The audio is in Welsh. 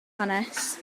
hanes